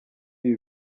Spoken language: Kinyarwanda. ibi